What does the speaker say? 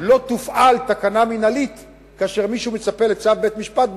לא תופעל תקנה מינהלית כאשר מישהו מצפה לצו בית-משפט,